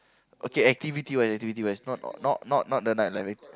okay activity wise activity wise not not not the night life